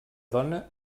dona